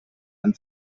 and